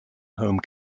home